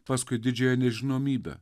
paskui didžiąją nežinomybę